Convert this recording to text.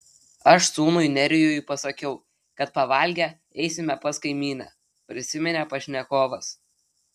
aš sūnui nerijui pasakiau kad pavalgę eisime pas kaimynę prisiminė pašnekovas